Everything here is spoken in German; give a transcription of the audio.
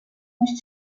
nicht